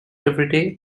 everyday